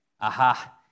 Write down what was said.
Aha